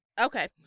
Okay